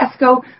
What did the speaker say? Tesco